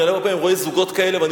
והרבה פעמים אני רואה זוגות כאלה ואני